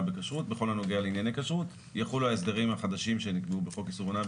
למשל לעניין היקף מינימלי של שעות השגחה.